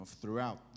throughout